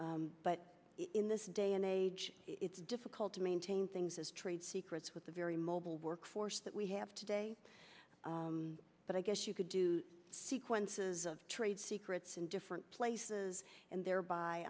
but in this day and age it's difficult to maintain things as trade secrets with the very mobile workforce that we have today but i guess you could do sequences of great secrets in different places and thereby